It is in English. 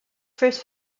first